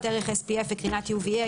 "ערך SPF" ו-"קרינת UVA"